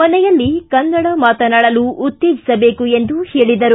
ಮನೆಯಲ್ಲಿ ಕನ್ನಡ ಮಾತನಾಡಲು ಉತ್ತೇಜಿಸಬೇಕು ಎಂದು ಹೇಳಿದರು